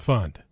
Fund